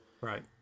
right